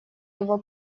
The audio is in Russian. его